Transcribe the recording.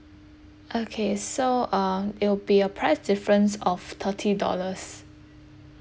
okay so um it'll be a price difference of thirty dollars